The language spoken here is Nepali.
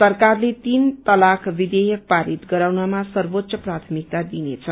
सरकारले तीन तलाक विषेयक पारित गराउनमा सर्वोच्च प्राथमिकता दिनेछ